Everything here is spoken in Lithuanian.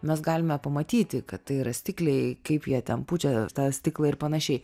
mes galime pamatyti kad tai yra stikliai kaip jie ten pučia tą stiklą ir panašiai